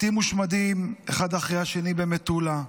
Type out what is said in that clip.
בתים מושמדים אחד אחר השני במטולה,